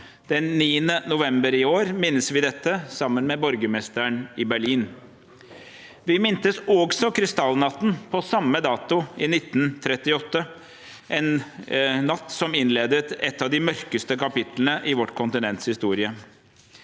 Den 9. november i år mintes vi dette sammen med borgermesteren i Berlin. Vi mintes også krystallnatten på samme dato i 1938, en natt som innledet et av de mørkeste kapitlene i vårt kontinents historie.